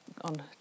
on